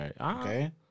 Okay